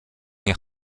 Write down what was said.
nie